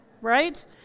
right